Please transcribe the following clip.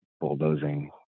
bulldozing